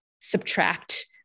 subtract